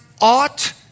ought